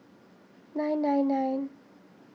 nine nine nine